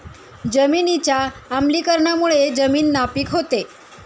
जमिनीच्या आम्लीकरणामुळे जमीन नापीक होते